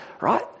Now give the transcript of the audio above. right